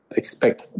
expect